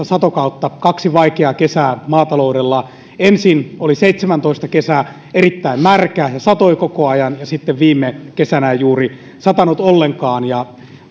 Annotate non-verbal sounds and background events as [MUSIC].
[UNINTELLIGIBLE] satokautta kaksi vaikeaa kesää maataloudella ensin oli kesä seitsemäntoista erittäin märkä ja satoi koko ajan ja sitten viime kesänä ei satanut juuri ollenkaan